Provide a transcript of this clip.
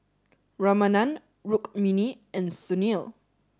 Ramanand Rukmini and Sunil